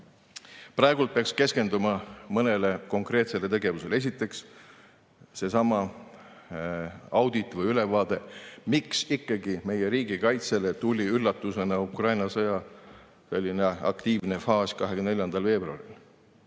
Praegu peaks keskenduma mõnele konkreetsele tegevusele. Esiteks, seesama audit või ülevaade, miks ikkagi meie riigikaitsele tuli üllatusena Ukraina sõja aktiivne faas 24. veebruaril.